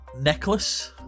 Necklace